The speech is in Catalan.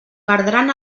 perdran